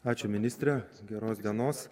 ačiū ministre geros dienos